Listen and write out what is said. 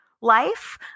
life